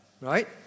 right